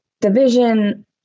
division